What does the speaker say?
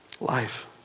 life